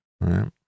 right